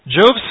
Job's